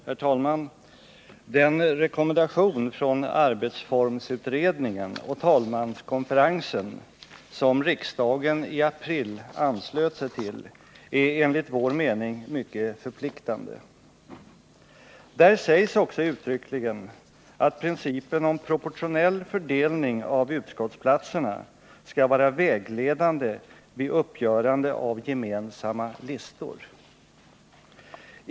Herr talman! Den rekommendation från arbetsformsutredningen och talmanskonferensen som riksdagen i april anslöt sig till är enligt vår mening mycket förpliktande. Där sägs också uttryckligen att principen om proportionell fördelning av utskottsplatserna skall vara vägledande vid uppgörande av gemensamma listor.